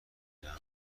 میرم